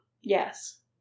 Yes